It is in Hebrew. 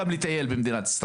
גם כדי לטייל בה.